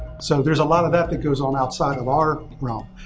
so there's a lot of that that goes on outside of our realm.